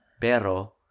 Pero